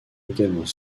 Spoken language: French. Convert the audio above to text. également